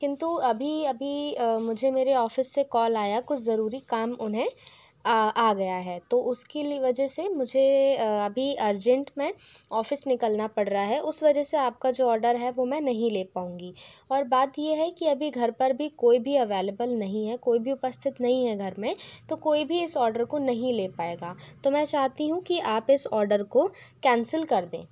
किंतु अभी अभी मुझे मेरे ऑफ़िस से कॉल आया कुछ ज़रूरी काम उन्हें आ गया है तो उसके लिए वजह से मुझे अभी अर्जेंट में ऑफ़िस निकलना पड़ रहा है उस वजह से आपका जो ऑर्डर है वह मैं नहीं ले पाऊँगी और बात यह है कि अभी घर पर भी कोई भी अवैलेबल नहीं है कोई भी उपस्थित नहीं हैं घर में तो कोई भी इस ऑर्डर को नहीं ले पाएगा तो मैं चाहती हूँ कि आप इस ऑर्डर को कैंसिल कर दें